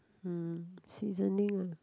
mm seasoning uh